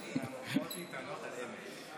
המחמאות ניתנות על אמת.